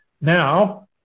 Now